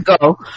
go